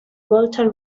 volta